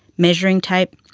measuring tape,